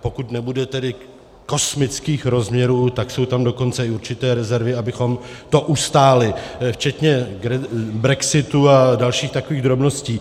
pokud nebude tedy kosmických rozměrů, tak jsou tam dokonce i určité rezervy, abychom to ustáli, včetně brexitu a dalších takových drobností.